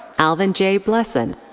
alvin j. blesson.